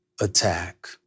attack